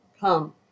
come